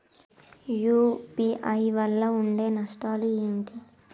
UPI వల్ల ఉండే నష్టాలు ఏంటి??